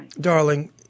Darling